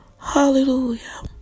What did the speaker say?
Hallelujah